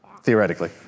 Theoretically